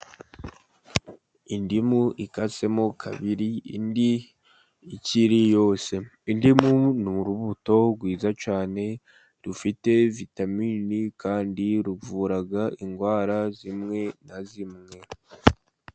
Indimu ikasemo kabiri indi ikiri yose, indimu ni urubuto rwiza cyane rufite vitaminini kandi ruvura indwara zimwe na zimwe.